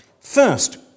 first